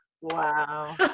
Wow